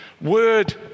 word